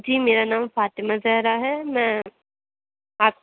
جی میرا نام فاطمہ زہرا ہے میں آپ